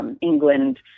England